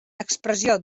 expressió